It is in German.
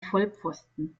vollpfosten